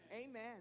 Amen